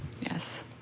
yes